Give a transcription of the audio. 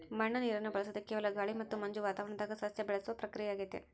ಮಣ್ಣು ನೀರನ್ನು ಬಳಸದೆ ಕೇವಲ ಗಾಳಿ ಮತ್ತು ಮಂಜು ವಾತಾವರಣದಾಗ ಸಸ್ಯ ಬೆಳೆಸುವ ಪ್ರಕ್ರಿಯೆಯಾಗೆತೆ